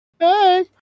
Hey